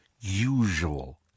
usual